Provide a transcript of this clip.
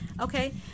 Okay